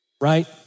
right